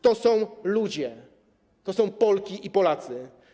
To są ludzie, to są Polki i Polacy.